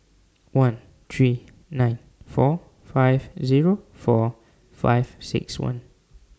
one three nine four five Zero four five six one